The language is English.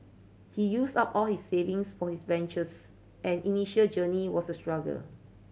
he used up all his savings for his ventures and initial journey was a struggle